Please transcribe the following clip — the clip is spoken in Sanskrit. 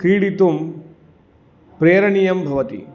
क्रीडितुं प्रेरणीयं भवति